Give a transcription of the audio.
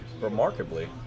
Remarkably